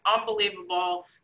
unbelievable